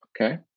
Okay